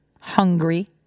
hungry